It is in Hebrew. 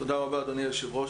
תודה רבה אדוני היושב ראש.